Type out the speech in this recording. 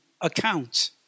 account